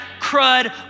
crud